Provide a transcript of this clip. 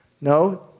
No